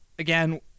Again